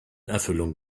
erfüllung